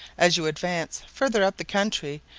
as you advance farther up the country,